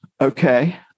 Okay